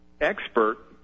expert